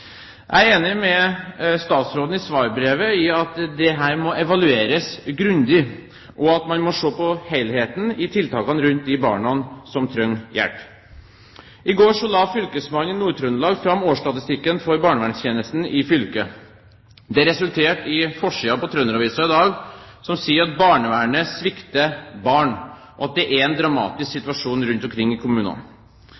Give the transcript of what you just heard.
Jeg er enig med statsråden i svarbrevet i at dette må evalueres grundig, og at man må se på helheten i tiltakene rundt de barna som trenger hjelp. I går la fylkesmannen i Nord-Trøndelag fram årsstatistikken for barnevernstjenesten i fylket. Det resulterte i forsiden på Trønder-Avisa i dag, som sier at barnevernet svikter barn, og at det er en dramatisk